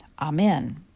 Amen